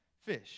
fish